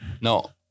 No